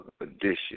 edition